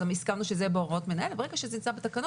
אז הסכמנו שזה יהיה בהוראות מנהל ברגע שזה נמצא בתקנות,